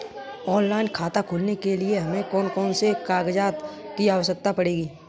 Online खाता खोलने के लिए हमें कौन कौन से कागजात की आवश्यकता पड़ेगी?